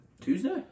Tuesday